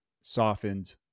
softened